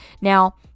Now